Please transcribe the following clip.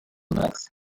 myth